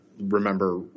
remember